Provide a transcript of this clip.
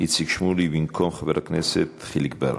איציק שמולי במקום חבר הכנסת חיליק בר.